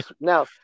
Now